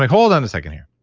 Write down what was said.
hold on a second here.